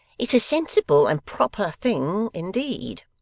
it's a sensible and proper thing indeed,